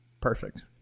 perfect